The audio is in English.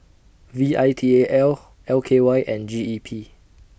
V I T A L L K Y and G E P